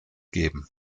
geben